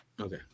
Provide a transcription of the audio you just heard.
Okay